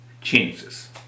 changes